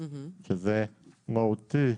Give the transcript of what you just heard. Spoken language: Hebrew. אני גם משתדל להיות פעיל בכל מה שקשור